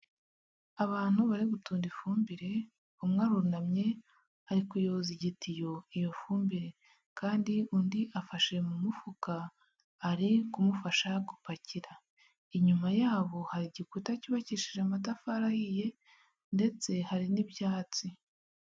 Abantu bari gutunda ifumbire, umwe arunamye ari kuyoza igitiyo iyo fumbire kandi undi afashe mu mufuka ari kumufasha gupakira, inyuma yabo hari igikuta cyubakishije amatafari ahiye ndetse hari n'ibyatsi.